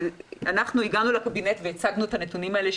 הגענו לקבינט והצגנו את הנתונים האלה,